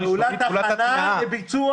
פעולת התנעה --- פעולת הכנה לביצוע.